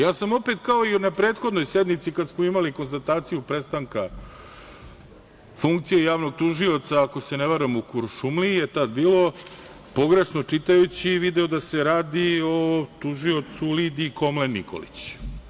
Ja sam opet kao i na prethodnoj sednici kada smo imali konstataciju prestanka funkcije javnog tužioca, ako se ne varam, u Kuršumliji je tada bilo, pogrešno čitajući, video da se radi o tužioci Lidiji Komlen Nikolić.